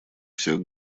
всех